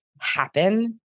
happen